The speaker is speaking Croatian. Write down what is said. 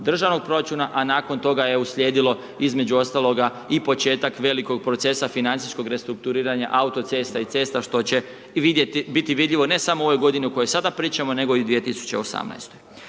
Držanog proračuna, a nakon toga je uslijedilo između ostaloga i početak velikog procesa financijskog restrukturiranja autocesta i cesta što će vidjeti, biti vidljivo ne samo u ovoj godinu o kojoj sada pričamo nego i 2018.